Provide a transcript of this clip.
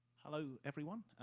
hello everyone,